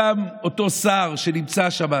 אותו שר שנמצא שם,